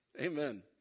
Amen